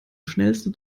schnellste